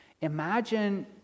Imagine